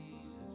Jesus